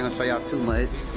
gonna show y'all too much.